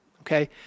okay